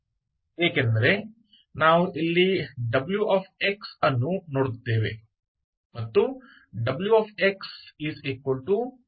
ಏಕೆಂದರೆ ನಾವು ಇಲ್ಲಿ wx ಅನ್ನು ನೋಡುತ್ತೇವೆ ಮತ್ತು wx1 ಇದೆ